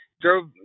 drove